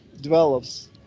develops